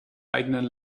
eigenen